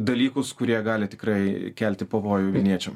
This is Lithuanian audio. dalykus kurie gali tikrai kelti pavojų vilniečiam